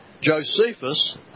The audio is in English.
Josephus